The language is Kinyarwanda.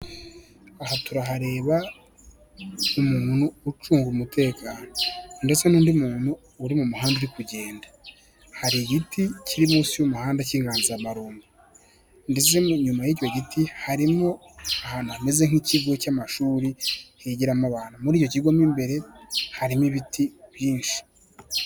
Aha turahareba umuntu ucunga umutekano ndetse n'undi muntu uri mu muhanda uri kugenda. Hari igiti kiri munsi y'umuhanda cy'iganzamarumbu ndetse inyuma y'icyo giti harimo ahantu hameze nk'ikigo cy'amashuri higiramo abantu. Muri icyo kigo mo imbere harimo ibiti byinshi.